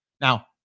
Now